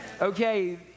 Okay